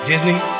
Disney